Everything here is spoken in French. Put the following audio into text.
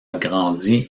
grandi